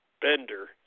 Bender